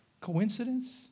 Coincidence